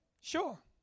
Sure